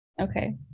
okay